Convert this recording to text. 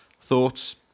thoughts